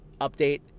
update